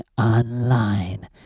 online